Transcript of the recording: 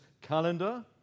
calendar